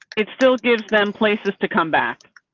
it still gives them places to come back.